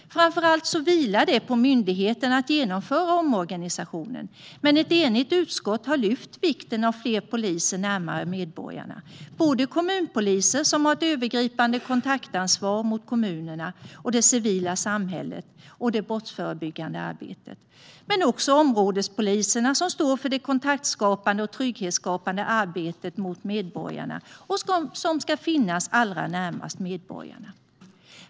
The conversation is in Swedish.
Framför allt vilar det på myndigheten att genomföra omorganisationen. Men ett enigt utskott har lyft fram vikten av fler poliser närmare medborgarna. Det gäller både kommunpoliser, som har ett övergripande kontaktansvar gentemot kommunerna, det civila samhället och det brottsförebyggande arbetet, och områdespoliserna, som står för det kontaktskapande och trygghetsskapande arbetet gentemot medborgarna och som ska finnas allra närmast medborgarna.